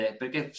perché